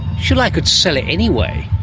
surely i could sell it anyway?